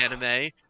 anime